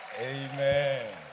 Amen